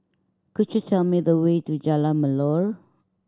could you tell me the way to Jalan Melor